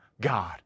God